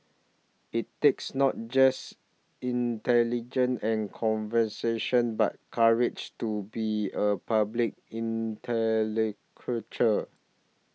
it takes not just intelligent and conversation but courage to be a public intellectual